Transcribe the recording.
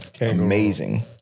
Amazing